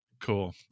cool